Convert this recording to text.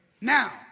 Now